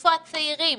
איפה הצעירים?